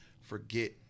forget